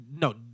No